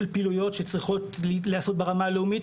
פעילויות שצריכות להיעשות ברמה הלאומית,